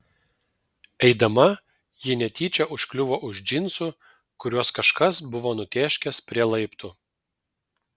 eidama ji netyčia užkliuvo už džinsų kuriuos kažkas buvo nutėškęs prie laiptų